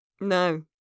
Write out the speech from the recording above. No